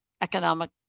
economic